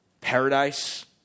paradise